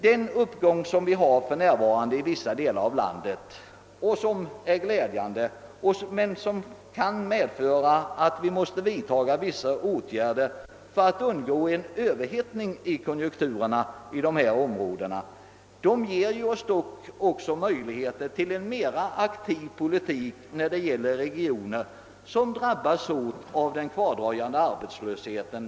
Den uppgång som vi för närvarande har i vissa delar av landet, som är glädjande men kan medföra att vi måste vidta vissa åtgärder för att undgå en överhettning i konjunkturerna i dessa områden, ger oss dock möjligheter till en mer aktiv politik när det gäller regioner som drabbas svårt av den kvardröjande arbetslösheten.